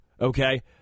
okay